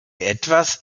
etwas